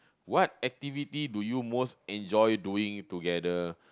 what activity do you most enjoy doing together